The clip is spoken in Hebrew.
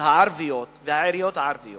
הערביות והעיריות הערביות